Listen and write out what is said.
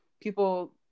people